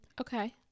Okay